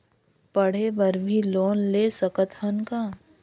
पढ़े बर भी लोन ले सकत हन का?